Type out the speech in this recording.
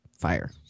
fire